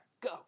Go